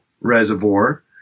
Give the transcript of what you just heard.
reservoir